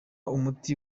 umuti